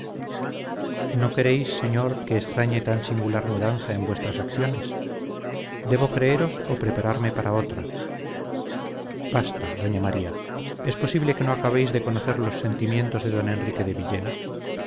no queréis señor que extrañe tan singular mudanza en vuestras acciones debo creeros o prepararme para otra basta doña maría es posible que no acabéis de conocer los sentimientos de don enrique de villena